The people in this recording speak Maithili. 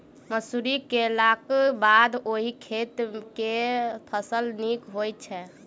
मसूरी केलाक बाद ओई खेत मे केँ फसल नीक होइत छै?